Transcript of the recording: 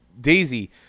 Daisy